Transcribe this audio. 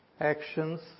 actions